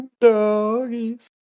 Doggies